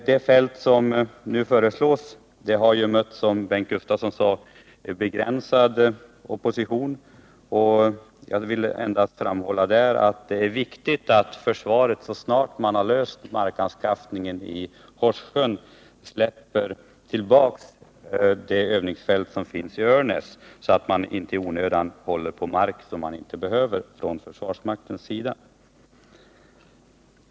Det fält som nu föreslås har, som Bengt Gustavsson sade, mött begränsad opposition, och jag vill endast framhålla att det är viktigt att försvaret, så snart man löst problemet med markanskaffningen vid Horssjön, lämnar tillbaka det övningsfält som finns i Örnäs, så att man inte i onödan håller på mark man inte behöver.